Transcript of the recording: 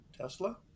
Tesla